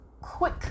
quick